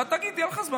אתה תגיד, יהיה לך זמן.